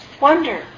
Wonder